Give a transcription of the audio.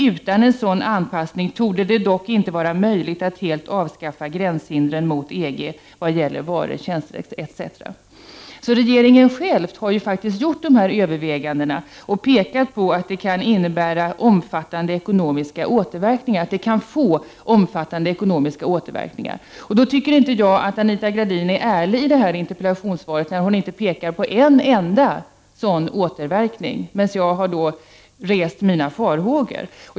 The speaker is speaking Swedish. Utan en sådan anpassning torde det dock inte vara möjligt att helt avskaffa gränshindren mot EG vad gäller varor, tjänster etc.” Regeringen har alltså själv gjort de här övervägandena och pekat på att det kan få omfattande ekonomiska återverkningar. Då tycker inte jag att Anita Gradin är ärlig i interpellationssvaret, när hon inte pekar på en enda sådan återverkning, medan jag har rest mina farhågor.